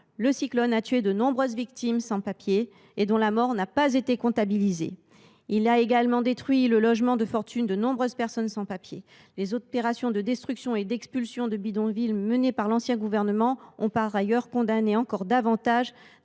le cyclone a fait de nombreuses victimes sans papiers, dont la mort n’a pas été comptabilisée. Il a également détruit le logement de fortune de nombreuses personnes sans papiers. Par ailleurs, les opérations d’expulsions et de destructions de bidonvilles menées par l’ancien gouvernement ont condamné encore davantage